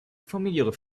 familiar